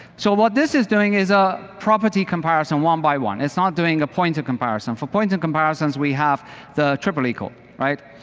so what this is doing is a property comparison one by one. not doing a point of comparison. for point of comparisons, we have the triple equal, right?